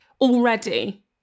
already